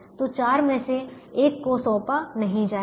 तो 4 में से 1 को सौंपा नहीं जाएगा